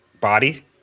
body